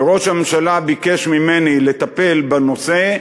וראש הממשלה ביקש ממני לטפל בנושא,